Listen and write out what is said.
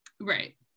right